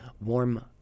warm